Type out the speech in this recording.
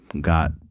got